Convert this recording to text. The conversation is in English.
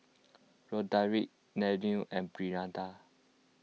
Rodrick Danniel and Brianda